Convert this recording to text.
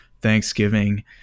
Thanksgiving